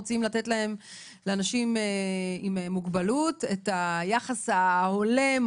רוצים לתת לאנשים עם מוגבלות את היחס ההולם,